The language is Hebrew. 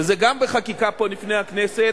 וזה גם בחקיקה פה לפני הכנסת,